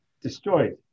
destroyed